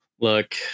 look